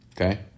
okay